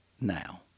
now